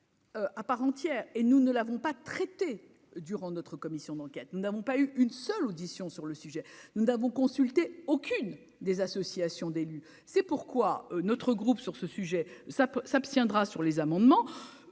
à part entière et nous ne l'avons pas traité durant notre commission d'enquête, nous n'avons pas eu une seule audition sur le sujet, nous n'avons consulté aucune des associations d'élus, c'est pourquoi notre groupe sur ce sujet, ça peut s'abstiendra sur les amendements